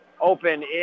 Open